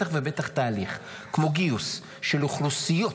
בטח ובטח תהליך כמו גיוס של אוכלוסיות,